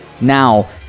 now